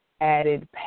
added